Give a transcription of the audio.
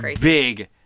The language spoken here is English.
big